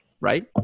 right